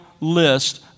list